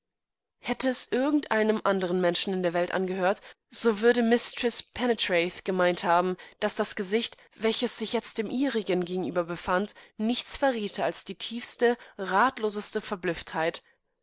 hätte es irgend einem andern menschen in der welt angehört so würde mistreß pentreath gemeint haben daß das gesicht welches sich jetzt dem ihrigen gegenüber befand nichtsverrietealsdietiefste ratlosesteverblüfftheit